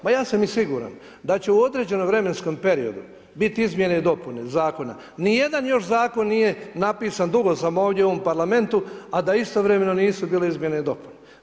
Ma ja sam i siguran da će u određenom vremenskom periodu biti izmjene i dopune zakona, nije dan još zakon nije napisan, dugo sam ovdje u ovom Parlamentu a da istovremeno nisu bile izmjene i dopune.